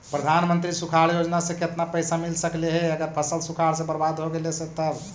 प्रधानमंत्री सुखाड़ योजना से केतना पैसा मिल सकले हे अगर फसल सुखाड़ से बर्बाद हो गेले से तब?